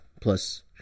plus